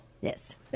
Yes